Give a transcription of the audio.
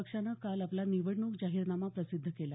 पक्षानं काल आपला निवडणूक जाहीरनामा प्रसिद्ध केला